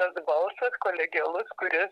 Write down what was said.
tas balsas kolegialus kuris